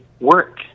work